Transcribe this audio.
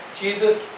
Jesus